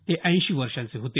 ते ऐंशी वर्षांचे होते